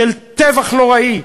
של טבח נוראי,